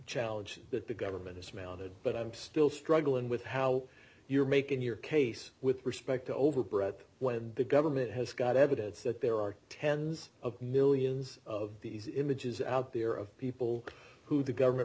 challenges that the government has mounted but i'm still struggling with how you're making your case with respect to overbred when the government has got evidence that there are tens of millions of these images out there of people who the government